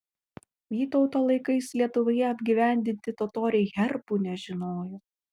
vytauto laikais lietuvoje apgyvendinti totoriai herbų nežinojo